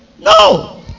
No